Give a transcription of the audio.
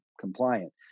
compliant